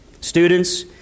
Students